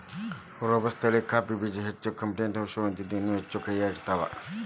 robusta ತಳಿಯ coffee ಬೇಜಗಳು ಹೆಚ್ಚ ಕೆಫೇನ್ ಅಂಶವನ್ನ ಹೊಂದಿದ್ದು ಇನ್ನೂ ಹೆಚ್ಚು ಕಹಿಯಾಗಿರ್ತಾವ